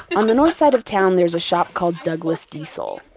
on the north side of town, there's a shop called douglas diesel.